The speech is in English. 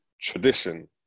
Tradition